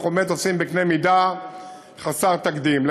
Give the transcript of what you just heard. שאנחנו באמת עושים בקנה-מידה חסר תקדים.